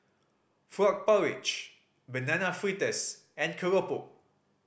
frog porridge Banana Fritters and keropok